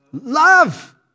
love